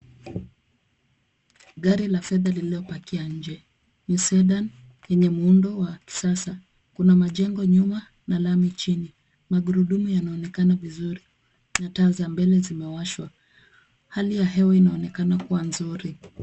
Gari la fedha lililopakia nje. Ni cedan, yenye muundo wa kisasa. Kuna majengo nyuma na lami chini. Magurudumu yanaonekana vizuri na taa za mbele zimewashwa. Hali ya hewa inaonekana kuwa nzuri.